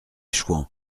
chouans